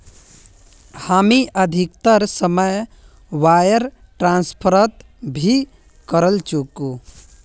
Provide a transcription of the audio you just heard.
हामी अधिकतर समय वायर ट्रांसफरत ही करचकु